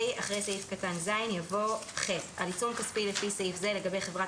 אחרי סעיף קטן (ז) יבוא: "(ח) על עיצום כספי לפי סעיף זה לגבי חברת